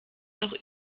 noch